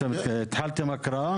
אה, הערות לסעיפים, התחלתם הקראה?